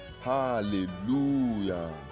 Hallelujah